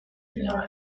général